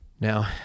Now